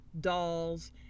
dolls